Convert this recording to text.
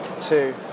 Two